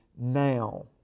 now